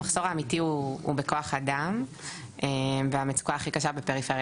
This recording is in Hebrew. המחסור האמיתי הוא בכוח אדם והמצוקה הכי קשה בפריפריה